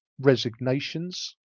resignations